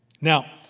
Now